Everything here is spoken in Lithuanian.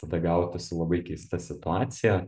tada gautųsi labai keista situacija